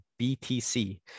BTC